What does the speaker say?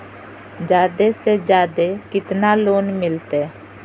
जादे से जादे कितना लोन मिलते?